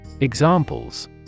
Examples